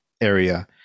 area